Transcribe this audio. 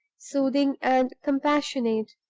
soothing and compassionate,